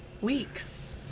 Weeks